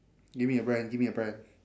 give me a brand give me a brand